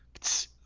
it's,